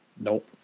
Nope